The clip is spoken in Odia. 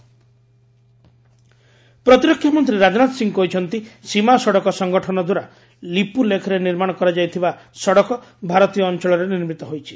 ଇଣ୍ଡିଆ ନେପାଳ ଟାଇଜ୍ ପ୍ରତିରକ୍ଷା ମନ୍ତ୍ରୀ ରାଜନାଥ ସିଂହ କହିଛନ୍ତି ସୀମା ସଡ଼କ ସଂଗଠନ ଦ୍ୱାରା ଲିପୁଲେଖରେ ନିର୍ମାଣ କରାଯାଇଥିବା ସଡ଼କ ଭାରତୀୟ ଅଞ୍ଚଳରେ ନିର୍ମିତ ହୋଇଛି